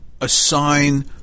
assign